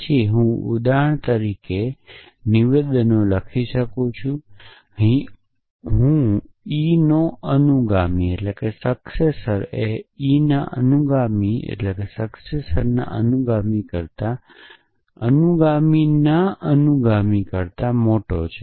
પછી હું ઉદાહરણ તરીકે નિવેદનો લખી શકું છું હું ઇ નો અનુગામી એ ઇ ના અનુગામીના અનુગામી કરતાં મોટો છે